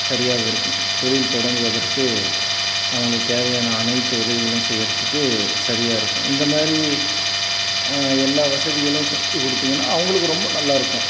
சரியாக இருக்கும் தொழில் தொடங்குவதற்கு அவங்களுக்கு தேவையான அனைத்து உதவிகளும் செய்யறத்துக்கு சரியாக இருக்கும் இந்த மாதிரி எல்லா வசதிகளும் செஞ்சி கொடுத்தீங்கன்னா அவங்களுக்கு ரொம்ப நல்லா இருக்கும்